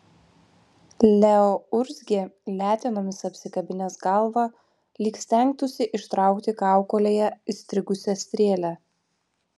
leo urzgė letenomis apsikabinęs galvą lyg stengtųsi ištraukti kaukolėje įstrigusią strėlę